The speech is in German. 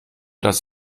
dass